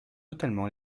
notamment